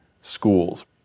schools